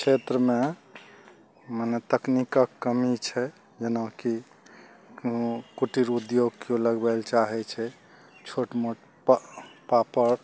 क्षेत्रमे मने तकनीकक कमी छै जेनाकि कुटिर उद्योग केओ लगबय लए चाहय छै छोट मोट पा पापड़